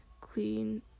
clean